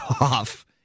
off